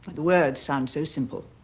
the words sound so simple.